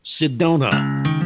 Sedona